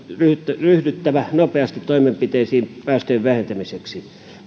ryhdyttävä nopeasti toimenpiteisiin päästöjen vähentämiseksi